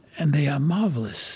and they are marvelous